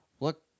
look